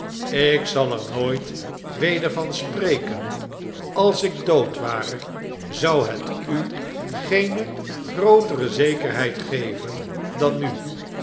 ik zal er nooit weder van spreken als ik dood ware zou het u geene grootere zekerheid geven dan nu